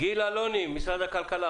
גיל אלוני ממשרד הכלכלה,